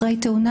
אחרי תאונה,